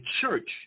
church